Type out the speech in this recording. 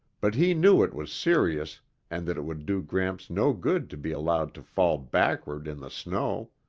but he knew it was serious and that it would do gramps no good to be allowed to fall backward in the snow.